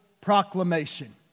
proclamation